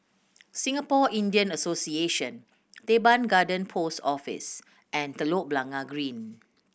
Singapore Indian Association Teban Garden Post Office and Telok Blangah Green